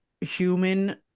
human